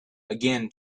again